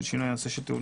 של שינוי הנושא הזה.